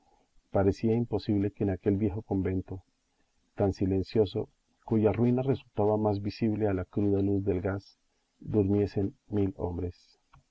parecía imposible que en aquel viejo convento tan silencioso cuya ruina resultaba más visible a la cruda luz del gas durmiesen mil hombres